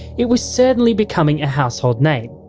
it was certainly becoming a household name.